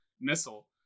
missile